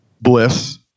Bliss